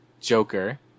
Joker